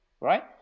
right